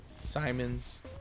Simons